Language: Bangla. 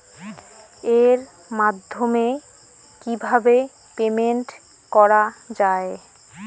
এর মাধ্যমে কিভাবে পেমেন্ট করা য়ায়?